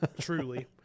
Truly